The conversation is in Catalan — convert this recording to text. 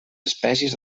espècies